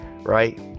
right